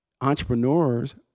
entrepreneurs